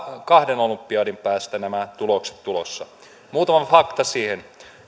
kahden olympiadin päästä tulossa muutama fakta siihen